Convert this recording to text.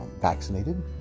vaccinated